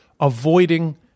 avoiding